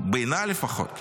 לפחות בעיניי,